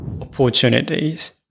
opportunities